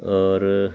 ਔਰ